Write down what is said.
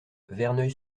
verneuil